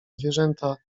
zwierzęta